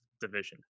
division